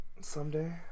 Someday